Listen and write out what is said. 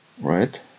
right